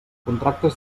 contractes